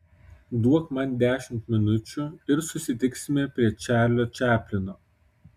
duok man dešimt minučių ir susitiksime prie čarlio čaplino